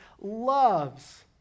loves